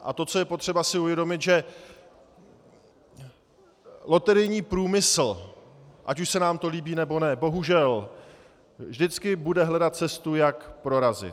A to, co je potřeba si uvědomit, je, že loterijní průmysl, ať už se nám to líbí, nebo ne, bohužel vždycky bude hledat cestu, jak prorazit.